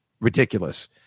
ridiculous